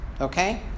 okay